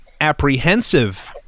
apprehensive